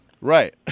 Right